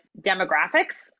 demographics